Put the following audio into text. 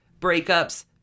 breakups